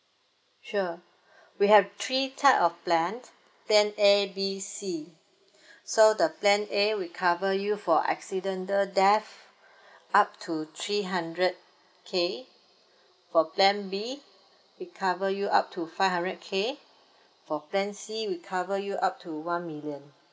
sure we have three type of plan plan A B C so the plan A we cover you for accidental death up to three hundred K for plan B we cover you up to five hundred K for plan C we cover you up to one million